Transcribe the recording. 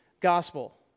gospel